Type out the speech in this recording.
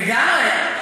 לגמרי.